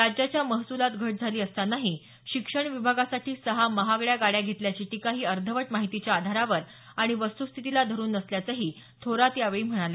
राज्याच्या महसूलात घट झाली असतानाही शिक्षण विभागासाठी सहा महागड्या गाड्या घेतल्याची टीका ही अर्धवट माहितीच्या आधारावर आणि वस्तुस्थितीला धरून नसल्याचंही थोरात म्हणाले